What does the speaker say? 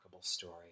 story